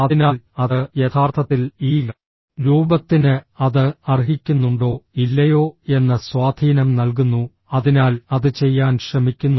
അതിനാൽ അത് യഥാർത്ഥത്തിൽ ഈ രൂപത്തിന് അത് അർഹിക്കുന്നുണ്ടോ ഇല്ലയോ എന്ന സ്വാധീനം നൽകുന്നു അതിനാൽ അത് ചെയ്യാൻ ശ്രമിക്കുന്നു